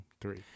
three